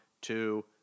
two